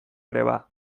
greba